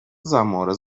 zamura